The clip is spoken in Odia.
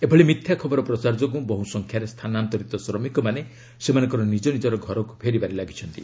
ଏଭଳି ମିଥ୍ୟା ଖବର ପ୍ରଚାର ଯୋଗୁଁ ବହୁ ସଂଖ୍ୟାରେ ସ୍ଥାନାନ୍ତରିତ ଶ୍ରମିକମାନେ ସେମାନଙ୍କର ନିଜ ନିଜର ଘରକ୍ ଫେରିବାରେ ଲାଗିଛନ୍ତି